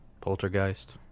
Poltergeist